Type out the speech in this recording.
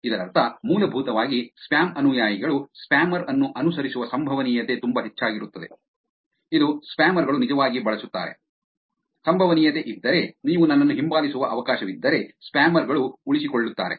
ಇದರರ್ಥ ಮೂಲಭೂತವಾಗಿ ಸ್ಪ್ಯಾಮ್ ಅನುಯಾಯಿಗಳು ಸ್ಪ್ಯಾಮರ್ ಅನ್ನು ಅನುಸರಿಸುವ ಸಂಭವನೀಯತೆ ತುಂಬಾ ಹೆಚ್ಚಾಗಿರುತ್ತದೆ ಇದು ಸ್ಪ್ಯಾಮರ್ ಗಳು ನಿಜವಾಗಿ ಬಳಸುತ್ತಾರೆ ಸಂಭವನೀಯತೆ ಇದ್ದರೆ ನೀವು ನನ್ನನ್ನು ಹಿಂಬಾಲಿಸುವ ಅವಕಾಶವಿದ್ದರೆ ಸ್ಪ್ಯಾಮರ್ ಗಳು ಉಳಿಸಿಕೊಳ್ಳುತ್ತಾರೆ